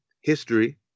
history